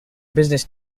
business